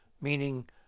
meaning